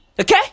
Okay